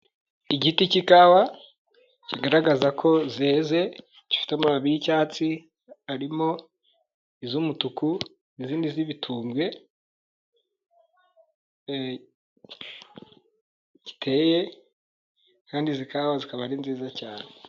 Igiti cy'ikawa kigaragaza ko zeze gifite amababi y'icyatsi arimo iz'umutuku, izindi z'ibitubwe ziteye kandi izi kawa zikaba ari nziza cyane.